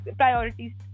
priorities